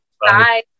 bye